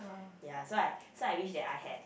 yea so I so I wish that I had